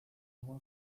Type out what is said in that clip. agua